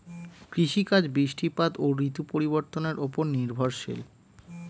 কৃষিকাজ বৃষ্টিপাত ও ঋতু পরিবর্তনের উপর নির্ভরশীল